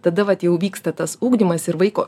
tada vat jau vyksta tas ugdymas ir vaiko